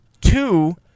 Two